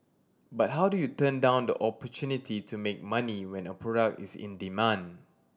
but how do you turn down the opportunity to make money when a product is in demand